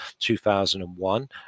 2001